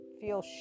feel